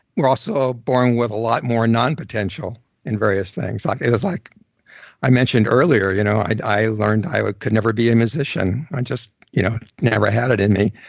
we're also born with a lot more non-potential in various things. like like i mentioned earlier you know i i learned i ah could never be a musician, i just you know never had it in me,